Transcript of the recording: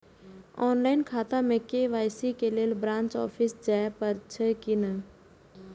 Online खाता में KYC के लेल ब्रांच ऑफिस जाय परेछै कि नहिं?